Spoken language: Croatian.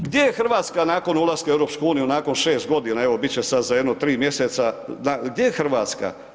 Gdje je Hrvatska nakon ulaska u EU, nakon 6 godina, evo, bit će sad za jedno 3 mjeseca, gdje je Hrvatska?